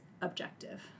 objective